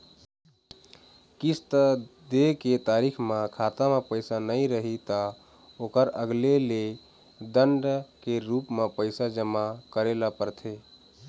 किस्त दे के तारीख म खाता म पइसा नइ रही त ओखर अलगे ले दंड के रूप म पइसा जमा करे ल परथे